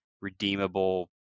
redeemable